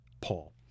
Paul